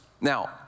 Now